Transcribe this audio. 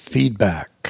Feedback